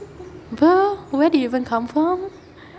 bruh where did you even come from